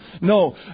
No